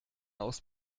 aus